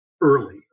early